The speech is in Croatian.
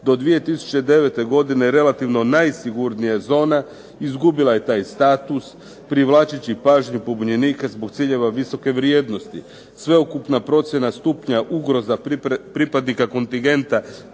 do 2009. relativno najsigurnija zona izgubila je taj status privlačeći pažnju pobunjenika zbog ciljeva visoke vrijednosti. Sveukupna procjena stupnja ugroza pripadnika kontingenta